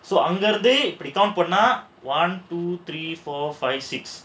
so அங்க இருந்து இப்டி:anga irunthu ipdi one two three four five six